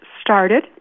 started